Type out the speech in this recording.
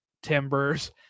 timbers